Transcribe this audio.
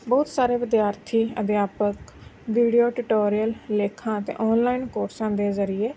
ਬਹੁਤ ਸਾਰੇ ਵਿਦਿਆਰਥੀ ਅਧਿਆਪਕ ਵੀਡੀਓ ਟਟੋਰੀਅਲ ਲੇਖਾਂ ਅਤੇ ਔਨਲਾਈਨ ਕੋਰਸਾਂ ਦੇ ਜ਼ਰੀਏ